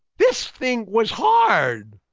this thing was hard.